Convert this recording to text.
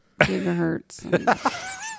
gigahertz